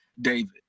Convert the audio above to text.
David